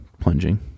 plunging